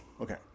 Okay